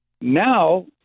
Now